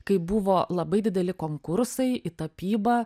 kai buvo labai dideli konkursai į tapybą